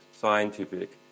scientific